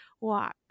walk